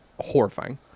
horrifying